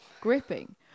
gripping